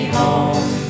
home